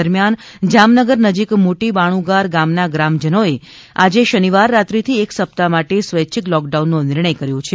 દરમિયાન જામનગર નજીક મોટી બાણુગાર ગામના ગ્રામજનો એ આજે શનિવાર રાત્રીથી એક સપ્તાહ માટે સ્વૈચ્છિક લોકડાઉનનો નિર્ણય કર્યો છે